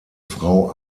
frau